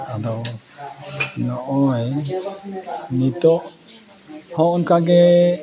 ᱟᱫᱚ ᱱᱚᱜ ᱚᱭ ᱱᱤᱛᱳᱜ ᱦᱚᱸ ᱚᱱᱠᱟᱜᱮ